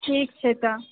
ठीक छै तऽ